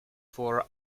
for